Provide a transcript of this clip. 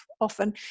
often